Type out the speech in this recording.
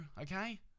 okay